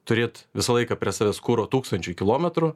turėt visą laiką prie savęs kuro tūkstančiui kilometrų